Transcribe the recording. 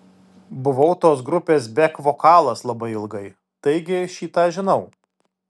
buvau tos grupės bek vokalas labai ilgai taigi šį tą žinau